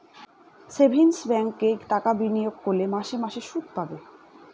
savings ব্যাঙ্কে টাকা বিনিয়োগ করলে মাসে মাসে শুদ পাবে